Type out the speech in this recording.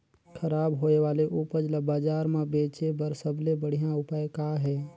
खराब होए वाले उपज ल बाजार म बेचे बर सबले बढ़िया उपाय का हे?